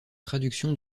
traduction